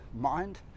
mind